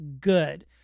good